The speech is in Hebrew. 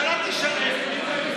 אם הממשלה חושבת, שהממשלה תשלם.